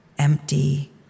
Empty